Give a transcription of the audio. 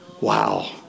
wow